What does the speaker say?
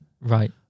Right